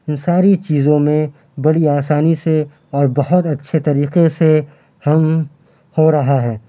اِن ساری چیزوں میں بڑی آسانی سے اور بہت اچھے طریقے سے ہم ہو رہا ہے